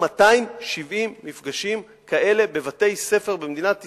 270 מפגשים כאלה בבתי-ספר במדינת ישראל,